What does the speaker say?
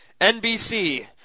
NBC